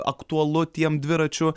aktualu tiem dviračių